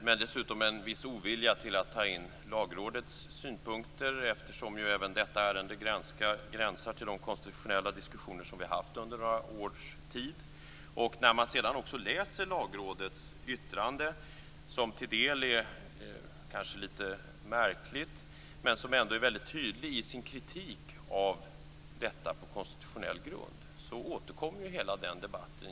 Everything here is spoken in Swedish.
Dessutom fanns det en viss ovilja mot att ta in Lagrådets synpunkter eftersom ju även detta ärende gränsar till de konstitutionella diskussioner som vi har haft under några års tid. När man läser Lagrådets yttrande, som till del kanske är litet märkligt men som ändå är väldigt tydligt i sin kritik av detta på konstitutionella grund, återkommer hela debatten.